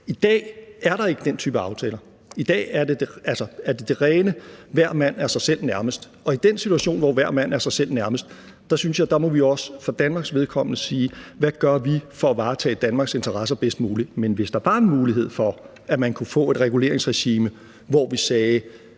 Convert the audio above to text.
I dag er der ikke den type aftaler. I dag er det det rene: Hver mand er sig selv nærmest. Og i den situation, hvor hver mand er sig selv nærmest, synes jeg, at vi også for Danmarks vedkommende må sige: Hvad gør vi for at varetage Danmarks interesser bedst muligt? Men hvis der var en mulighed for, at man kunne få et reguleringsregime, hvor vi sagde: